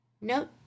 Note